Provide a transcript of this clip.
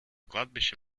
кладбище